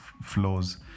flows